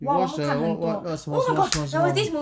we watch the [what] [what] the 什么什么什么